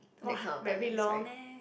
that kind of timing sorry